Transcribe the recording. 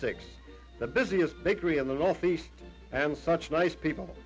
six the busiest bakery in the northeast and such nice people